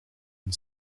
een